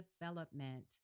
development